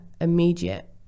immediate